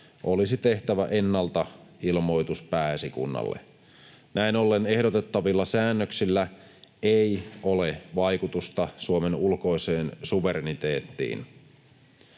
olisi tehtävä ennalta ilmoitus Pääesikunnalle. Näin ollen ehdotettavilla säännöksillä ei ole vaikutusta Suomen ulkoiseen suvereniteettiin.